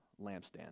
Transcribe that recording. lampstand